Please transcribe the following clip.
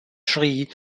sri